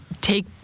take